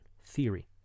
Theory